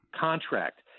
contract